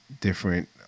different